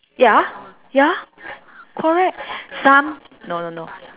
ya ya correct some no no no